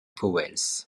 pauwels